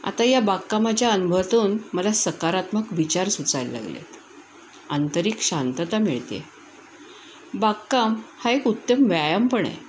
आता या बागकामाच्या अनुभातून मला सकारात्मक विचार सुचायला लागलेत आंतरिक शांतता मिळते आहे बागकाम हा एक उत्तम व्यायामपण आहे